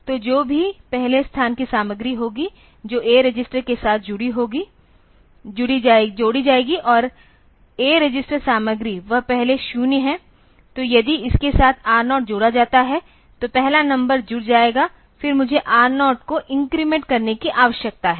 तो जो भी पहले स्थान की सामग्री होगी जो A रजिस्टर के साथ जोड़ी जाएगी और A रजिस्टर सामग्री वह पहले 0 है तो यदि इसके साथ R0 जोड़ा जाता है तो पहला नंबर जुड़ जाएगा फिर मुझे R0 को इन्क्रीमेंट करने की अव्यश्कता है